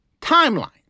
timeline